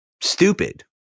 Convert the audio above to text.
stupid